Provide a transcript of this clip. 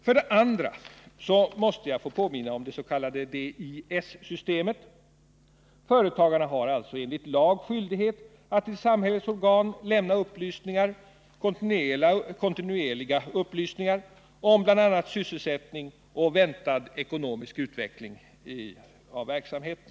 För det andra måste jag få påminna om det s.k. DIS-systemet. Företagarna har alltså enligt lag skyldighet att till samhällets organ lämna kontinuerliga upplysningar om bl.a. sysselsättning och väntad ekonomisk utveckling av verksamheten.